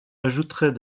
ajouterait